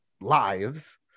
lives